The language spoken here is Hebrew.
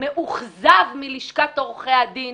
שמאוכזב מלשכת עורכי הדין,